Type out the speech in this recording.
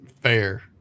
fair